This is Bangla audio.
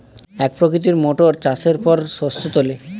এক প্রকৃতির মোটর চাষের পর শস্য তোলে